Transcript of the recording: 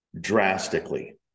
drastically